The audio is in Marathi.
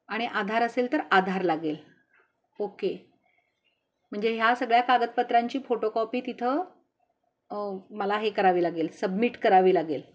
आणि आधार असेल तर आधार लागेल ओके म्हणजे ह्या सगळ्या कागदपत्रांची फोटोकॉपी तिथं मला हे करावी लागेल सबमिट करावी लागेल